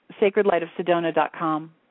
sacredlightofsedona.com